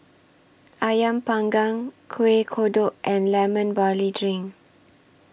Ayam Panggang Kueh Kodok and Lemon Barley Drink